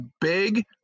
big